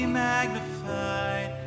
magnified